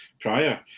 prior